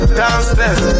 downstairs